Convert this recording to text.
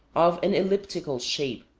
of an elliptical shape,